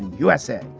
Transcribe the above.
usa.